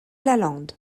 lalande